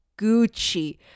Gucci